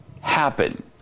happen